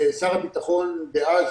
שר הביטחון דאז,